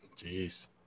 Jeez